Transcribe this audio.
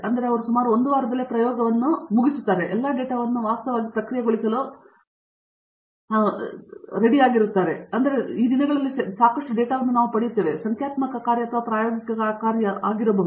ಆದ್ದರಿಂದ ಅವರು ಸುಮಾರು ಒಂದು ವಾರದಲ್ಲೇ ಪ್ರಯೋಗವನ್ನು ಮುಗಿಸುತ್ತಾರೆ ಎಲ್ಲಾ ಡೇಟಾವನ್ನು ವಾಸ್ತವವಾಗಿ ಪ್ರಕ್ರಿಯೆಗೊಳಿಸಲು ಪಠ್ಯವನ್ನು ಪಡೆದುಕೊಳ್ಳಿ ಎಂದು ವಿದ್ಯಾರ್ಥಿ ಎಂದರೆ ಈ ದಿನಗಳಲ್ಲಿ ನಾವು ಸಾಕಷ್ಟು ಡೇಟಾವನ್ನು ಪಡೆಯುತ್ತೇವೆ ಇದು ಸಂಖ್ಯಾತ್ಮಕ ಕಾರ್ಯ ಅಥವಾ ಪ್ರಾಯೋಗಿಕ ಕಾರ್ಯವಾಗಿದ್ದರೂ